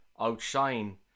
outshine